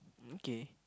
okay